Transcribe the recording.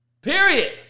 Period